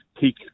peak